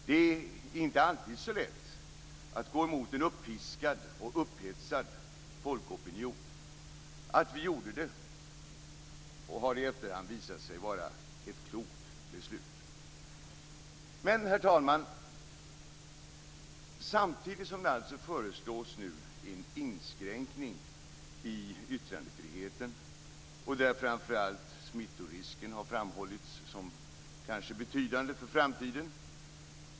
Det är inte alltid så lätt att gå emot en uppiskad och upphetsad folkopinion. Att vi gjorde det har i efterhand visat sig vara ett klokt beslut. Herr talman! Nu föreslås en inskränkning i yttrandefriheten. Man har framför allt framhållit smittorisken som betydande i framtiden.